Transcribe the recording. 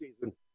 season